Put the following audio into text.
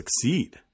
succeed